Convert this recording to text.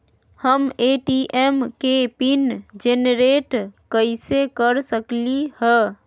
हम ए.टी.एम के pin generate कईसे कर सकली ह?